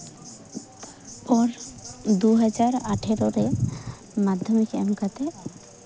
ᱮᱨᱯᱚᱨ ᱫᱩ ᱦᱟᱡᱟᱨ ᱟᱴᱷᱟᱨᱳ ᱨᱮ ᱢᱟᱫᱽᱫᱷᱚᱢᱤᱠ ᱮᱢ ᱠᱟᱛᱮᱜ